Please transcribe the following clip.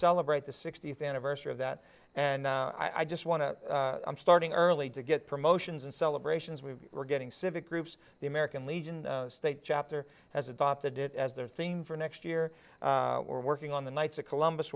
celebrate the sixtieth anniversary of that and i just want to i'm starting early to get promotions and celebrations we were getting civic groups the american legion state chapter has adopted it as their theme for next year we're working on the knights of columbus